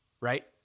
right